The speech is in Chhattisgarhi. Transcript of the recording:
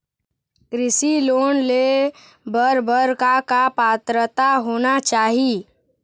कृषि लोन ले बर बर का का पात्रता होना चाही?